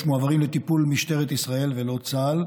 מועברים לטיפול משטרת ישראל ולא לצה"ל.